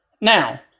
Now